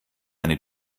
eine